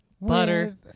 Butter